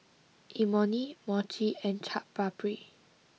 Imoni Mochi and Chaat Papri